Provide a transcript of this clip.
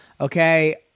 okay